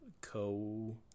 Co